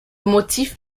motif